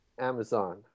Amazon